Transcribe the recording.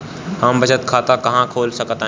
हम बचत खाता कहां खोल सकतानी?